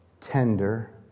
Tender